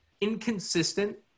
Inconsistent